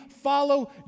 follow